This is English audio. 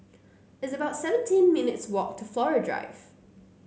it's about seventeen minutes' walk to Flora Drive